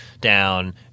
down